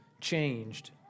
changed